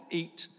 eat